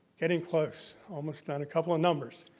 getting close, almost done, a couple of numbers.